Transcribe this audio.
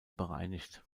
bereinigt